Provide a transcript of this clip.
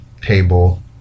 table